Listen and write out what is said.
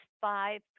five